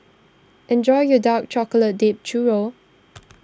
enjoy your Dark Chocolate Dipped Churro